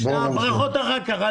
הברכות אחר כך.